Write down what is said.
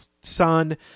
son